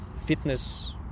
fitness